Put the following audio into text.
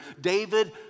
David